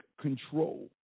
control